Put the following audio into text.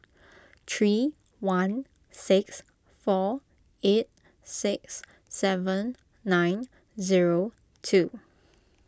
three one six four eight six seven nine zero two